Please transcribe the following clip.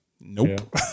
Nope